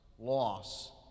loss